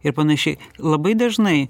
ir panašiai labai dažnai